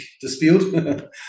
dispute